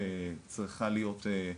שצריכה להיות,